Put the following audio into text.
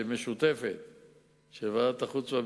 המרכז יוקם בנהרייה וישרת את כל אוכלוסיית צד"ל,